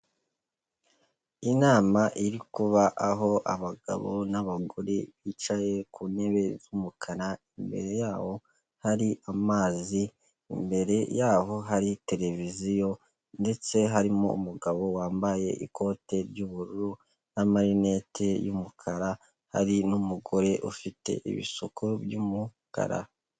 Inama iri kuba aho abagabo n'abagore bicaye ku ntebe z'umukara, imbere yabo hari amazi, imbere yaho hari televiziyo ndetse harimo umugabo wambaye ikote ry'ubururu n'amarinete y'umukara, hari n'umugore ufite ibisuko by'umukara.